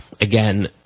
Again